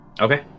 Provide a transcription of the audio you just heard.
Okay